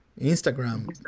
Instagram